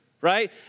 right